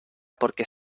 porque